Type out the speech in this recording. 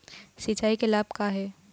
सिचाई के लाभ का का हे?